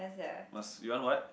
must you want what